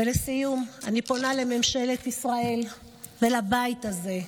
לסיום, אני פונה לממשלת ישראל ולבית הזה: